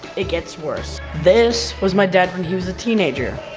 it gets worse. this was my dad when he was a teenager.